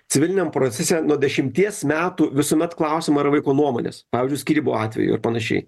civiliniam procese nuo dešimties metų visuomet klausiama yra vaiko nuomonės pavyzdžiui skyrybų atveju ar panašiai